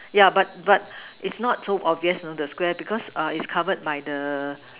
yeah but but it's not so obvious you know the Square because err it's covered by the